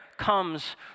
comes